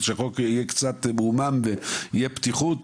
אז שהחוק יהיה קצת עמום ותהיה פתיחות,